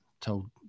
told